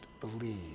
believe